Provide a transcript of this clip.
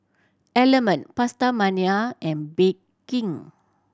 Element PastaMania and Bake King